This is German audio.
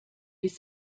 bis